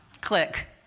Click